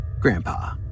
Grandpa